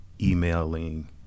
emailing